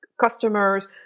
customers